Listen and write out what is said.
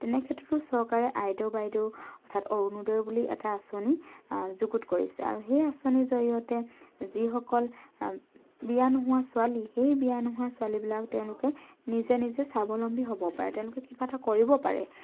তেনে ক্ষেত্ৰতটো চৰকাৰে আইদেউ বাইদেউ অৰ্থাৎ অৰুনোদয় বুলি এটা আঁচনি যুগুত কৰিছে সেই আঁচনিৰ জৰিয়তে যিসকল বিয়া নোহোৱা ছোৱালী সেই বিয়া নোহোৱা ছোৱালীবিলাকক তেওঁলোকে নিজে নিজে স্বাবলম্বী হ'ব পাৰে তেওঁলোকে কিবা এটা কৰিব পাৰে